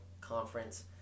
conference